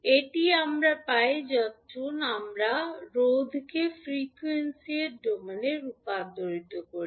এটি আমরা পাই যখন আমরা রোধকে ফ্রিকোয়েন্সি এর ডোমেনে রূপান্তর করি